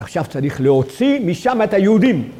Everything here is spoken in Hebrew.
עכשיו צריך להוציא משם את היהודים.